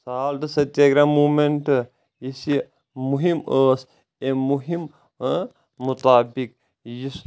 salt Satyagraha movement یُس یہِ مہم ٲسں أمۍ مہم مطابق یُس